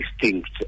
distinct